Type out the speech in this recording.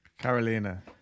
Carolina